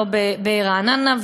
לא ברעננה,